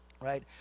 right